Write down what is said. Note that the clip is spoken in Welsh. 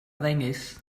ddengys